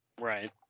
right